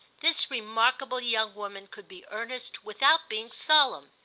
this remarkable young woman could be earnest without being solemn,